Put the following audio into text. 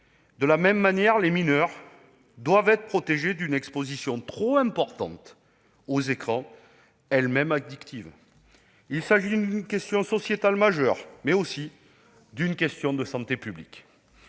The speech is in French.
De la même manière, les mineurs doivent être protégés d'une exposition trop importante aux écrans, elle-même addictive. Il s'agit non seulement d'une question sociétale majeure, mais aussi d'un enjeu de santé publique.